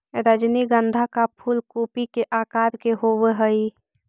रजनीगंधा का फूल कूपी के आकार के होवे हई